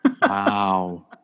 wow